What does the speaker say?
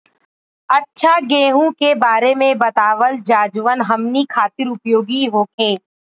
अच्छा गेहूँ के बारे में बतावल जाजवन हमनी ख़ातिर उपयोगी होखे?